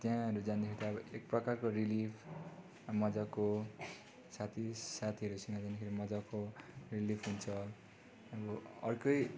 त्यहाँहरू जाँदाखेरि अब एक प्रकारको रिलिफ मजाको साथी साथीहरूसँग जाँदाखेरि मजाको रिलिफ हुन्छ अब अर्कै